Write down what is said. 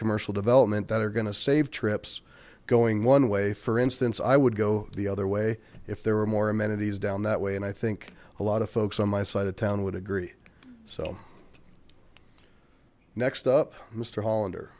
commercial development that are going to save trips going one way for instance i would go the other way if there were more amenities down that way and i think a lot of folks on my side of town would agree so next up mister hollander